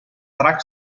track